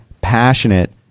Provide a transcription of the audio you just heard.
passionate